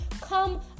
come